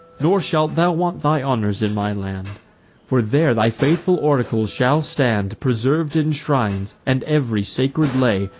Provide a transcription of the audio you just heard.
nor shalt thou want thy honors in my land for there thy faithful oracles shall stand, preserv'd in shrines and ev'ry sacred lay,